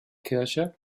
kirche